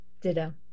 Ditto